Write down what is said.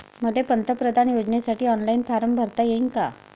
मले पंतप्रधान योजनेसाठी ऑनलाईन फारम भरता येईन का?